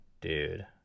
dude